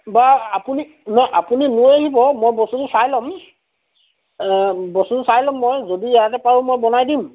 বা আপুনি নহয় আপুনি লৈ আহিব মই বস্তুটো চাই ল'ম বস্তুটো চাই ল'ম মই যদি ইয়াতে পাৰোঁ মই বনাই দিম